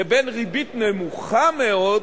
ובין ריבית נמוכה מאוד